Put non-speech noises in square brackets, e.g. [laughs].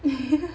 [laughs]